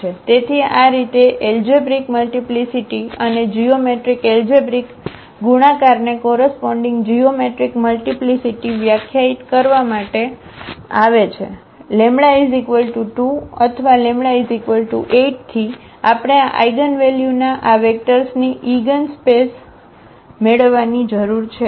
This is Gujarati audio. તેથી આ રીતે એલજેબ્રિક મલ્ટીપ્લીસીટી અને જીઓમેટ્રિક એલજેબ્રિક ગુણાકારને કોરસપોન્ડીગ જીઓમેટ્રિક મલ્ટીપ્લીસીટી વ્યાખ્યાયિત કરવા માટે વ્યાખ્યાયિત કરવામાં આવે છે λ 2 અથવા λ 8 થી આપણે આ આઇગનવેલ્યુના આ વેક્ટર્સની ઇગિન સ્પેસ મેળવવાની જરૂર છે